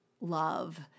love